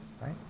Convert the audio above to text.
right